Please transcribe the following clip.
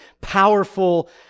powerful